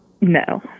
no